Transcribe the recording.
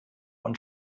und